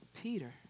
Peter